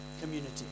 community